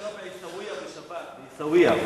עיסאוויה,